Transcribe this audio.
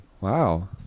Wow